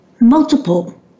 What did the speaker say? multiple